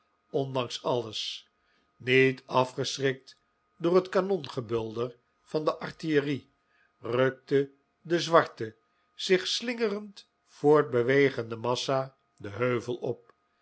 ondanks alles niet afgeschrikt door het kanongebulder van de artillerie rukte de zwarte zich slingerend voortbewegende massa den heuvel op